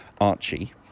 Archie